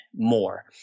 More